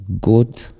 good